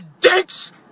dicks